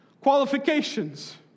qualifications